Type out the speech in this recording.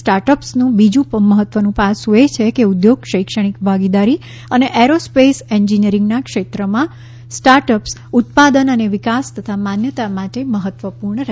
start અપ્સનું બીજું મહત્વનું પાસું એ છે કે ઉદ્યોગ શૈક્ષણિક ભાગીદારી અને એરોસ્પેસ એન્જિનિયરિંગના ક્ષેત્રમાં સ્ટાર્ટ અપ્સ ઉત્પાદન અને વિકાસ તથા માન્યતા માટે મહત્વપૂર્ણ રહેશે